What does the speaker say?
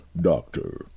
Doctor